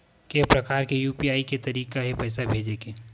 के प्रकार के यू.पी.आई के तरीका हे पईसा भेजे के?